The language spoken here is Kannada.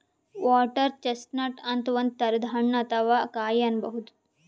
ವಾಟರ್ ಚೆಸ್ಟ್ನಟ್ ಅಂತ್ ಒಂದ್ ತರದ್ ಹಣ್ಣ್ ಅಥವಾ ಕಾಯಿ ಅನ್ಬಹುದ್